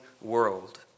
world